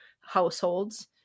households